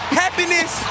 happiness